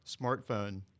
smartphone